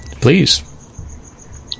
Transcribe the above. Please